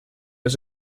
was